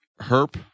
herp